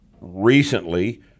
Recently